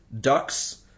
Ducks